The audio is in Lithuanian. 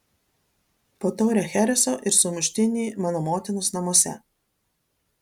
po taurę chereso ir sumuštinį mano motinos namuose